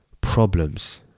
problems